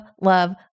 love